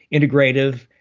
integrative,